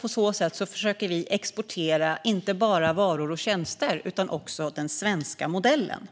På så sätt försöker vi exportera inte bara varor och tjänster utan också den svenska modellen.